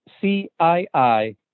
C-I-I